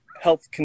health